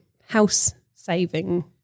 house-saving